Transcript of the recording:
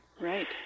Right